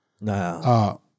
No